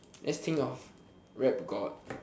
let's think of rap god